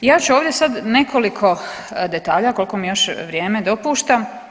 I ja ću ovdje sad nekoliko detalja koliko mi još vrijeme dopušta.